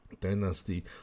dynasty